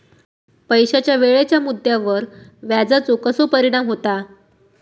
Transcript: पैशाच्या वेळेच्या मुद्द्यावर व्याजाचो कसो परिणाम होता